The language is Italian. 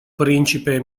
principe